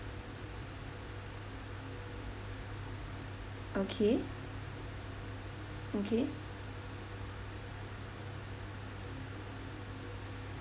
okay okay